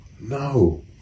No